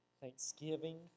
thanksgiving